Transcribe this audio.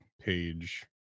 page